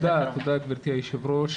תודה גבירתי היו"ר,